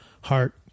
heart